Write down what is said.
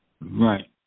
Right